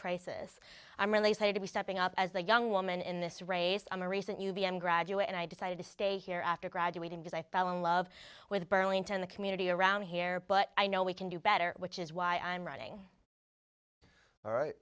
crisis i'm really excited to be stepping up as the young woman in this race i'm a recent you b m graduate and i decided to stay here after graduating because i fell in love with burlington the community around here but i know we can do better which is why i'm running